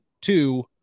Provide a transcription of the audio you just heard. two